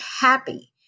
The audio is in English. happy